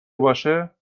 باشه